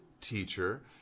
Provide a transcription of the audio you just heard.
teacher